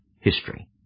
history